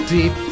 Deep